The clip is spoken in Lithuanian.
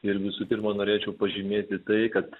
ir visų pirma norėčiau pažymėti tai kad